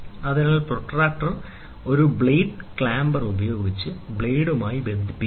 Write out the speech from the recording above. അതിനാൽ പ്രൊട്ടക്റ്റർ ഒരു blade clamper ഉപയോഗിച്ച് ബ്ലേഡുമായി ബന്ധിപ്പിക്കുന്നു